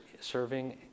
serving